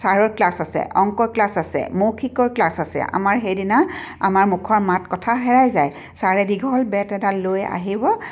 ছাৰৰ ক্লাছ আছে অংকৰ ক্লাছ আছে মৌখিকৰ ক্লাছ আছে আমাৰ সেইদিনা আমাৰ মুখৰ মাত কথা হেৰাই যায় ছাৰে দীঘল বেত এডাল লৈ আহিব